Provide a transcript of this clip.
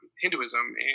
Hinduism